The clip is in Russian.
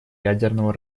ядерного